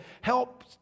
help